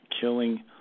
killing